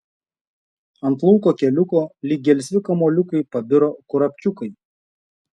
ant lauko keliuko lyg gelsvi kamuoliukai pabiro kurapkiukai